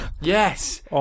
Yes